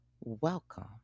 Welcome